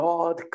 God